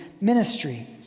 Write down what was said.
ministry